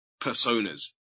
personas